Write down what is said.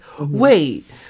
wait